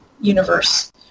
universe